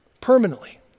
Permanently